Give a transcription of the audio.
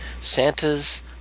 Santa's